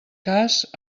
cas